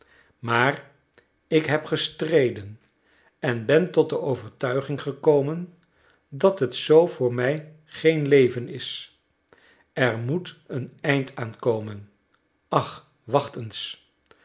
maar ik heb gestreden en ben tot de overtuiging gekomen dat het zoo voor mij geen leven is er moet een eind aan komen ach wacht eens